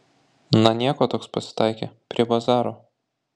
na nieko toks pasitaikė prie bazaro